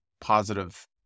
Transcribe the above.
positive